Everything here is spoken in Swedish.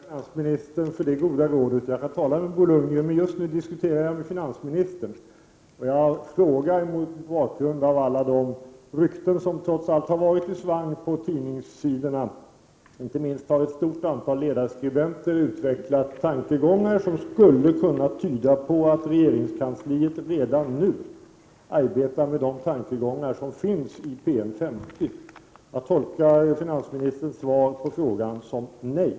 Fru talman! Jag tackar finansministern för det goda rådet, och jag kan tala med Bo Lundgren. Just nu diskuterar jag emellertid med finansministern. Jag vill ändå ställa frågan mot bakgrund av alla de rykten som trots allt har varit i sväng på tidningssidorna. Inte minst har ett stort antal ledarskribenter utvecklat tankegångar som skulle kunna tyda på att regeringskansliet redan nu arbetar enligt de tankegångar som finns i PM 50. Jag tolkar finansministerns svar på frågan som ett nej.